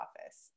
office